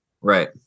Right